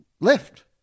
left